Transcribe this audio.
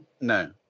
no